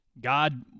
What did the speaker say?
God